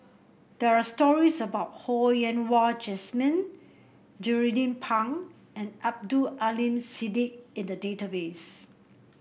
there are stories about Ho Yen Wah Jesmine Jernnine Pang and Abdul Aleem Siddique in the database